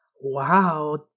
Wow